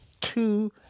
two